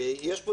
יש פה